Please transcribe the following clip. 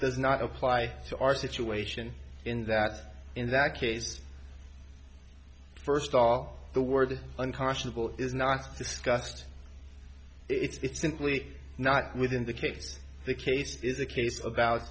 does not apply to our situation in that in that case first of all the word unconscionable is not discussed it's simply not within the case the case is a case about